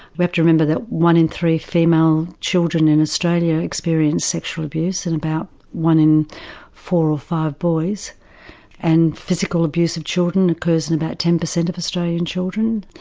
you have to remember that one in three female children in australia experience sexual abuse and about one in four or five boys and physical abuse of children occurs in about ten per cent of australian children.